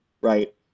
right